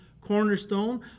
cornerstone